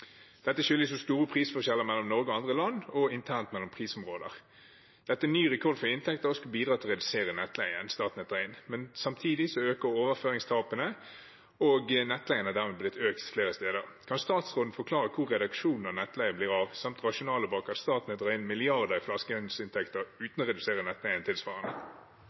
Dette skyldes jo store prisforskjeller mellom Norge og andre land og internt mellom prisområder. Dette er ny rekord for inntekter og skal bidra til å redusere nettleien, Statnett-leien, men samtidig øker overføringstapene, og nettleien er dermed blitt økt flere steder. Kan statsråden forklare hvor reduksjonen av nettleien blir av, samt rasjonalet bak at Statnett drar inn milliarder i flaskehalsinntekter uten å redusere